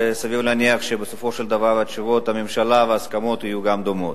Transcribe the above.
וסביר להניח שבסופו של דבר תשובות הממשלה וההסכמות יהיו גם דומות.